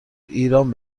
ایران